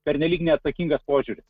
pernelyg neatsakingas požiūris